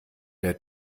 der